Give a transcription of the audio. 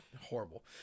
Horrible